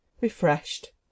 refreshed